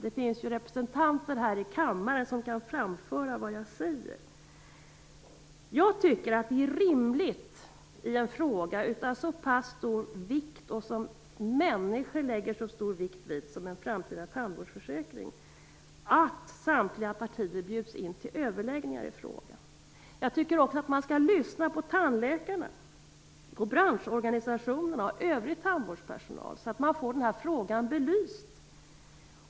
Det finns dock representanter här i kammaren som kan framföra det som jag säger. Jag tycker att det vore rimligt när det gäller en så stor fråga som en framtida tandvårdsförsäkring - och som människor fäster så stor vikt vid - att samtliga partier bjuds in till överläggningar. Jag tycker också att man skall lyssna på tandläkarna, på branschorganisationerna och på övrig tandvårdspersonal så att man får frågan belyst.